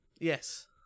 Yes